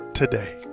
today